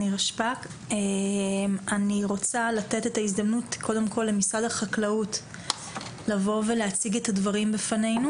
אני רוצה לתת את ההזדמנות למשרד החקלאות להציג את הדברים בפנינו.